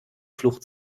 flucht